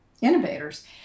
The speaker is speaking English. innovators